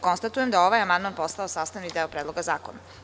Konstatujem da je ovaj amandman postao sastavni deo Predloga zakona.